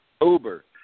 Uber